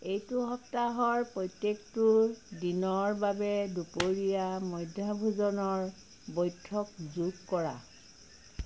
এইটো সপ্তাহৰ প্ৰত্যেকটো দিনৰ বাবে দুপৰীয়া মধ্যাহ্ণ ভোজনৰ বৈঠক যোগ কৰা